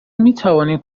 میتوانیم